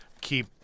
keep